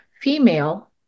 female